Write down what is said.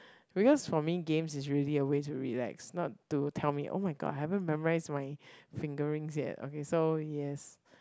because for me games is really a way to relax not to tell me oh-my-god I haven't memorise my fingerings yet okay so yes